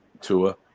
Tua